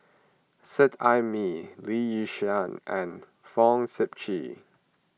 Seet Ai Mee Lee Yi Shyan and Fong Sip Chee